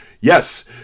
yes